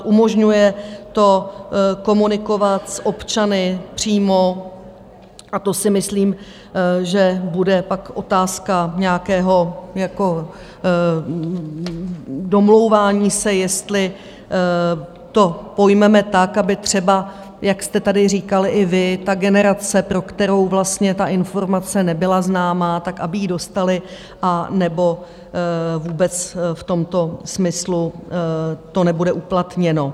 Umožňuje to komunikovat s občany přímo, a to si myslím, že bude pak otázka nějakého domlouvání se, jestli to pojmeme tak, aby třeba, jak jste tady říkal i vy, ta generace, pro kterou vlastně ta informace nebyla známá, aby ji dostali, anebo vůbec v tomto smyslu to nebude uplatněno.